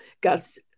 Gus